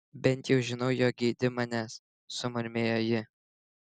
bent jau žinau jog geidi manęs sumurmėjo ji